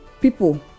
people